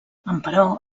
emperò